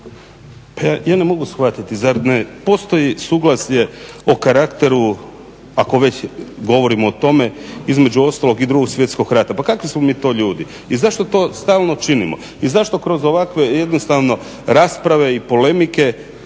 ja ne mogu shvatiti, zar ne postoji suglasje o karakteru ako već govorimo o tome, između ostalog i Drugog svjetskog rata. Pa kakvi smo mi to ljudi i zašto to stalno činimo i zašto kroz ovakve jednostavno rasprave i polemike,